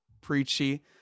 preachy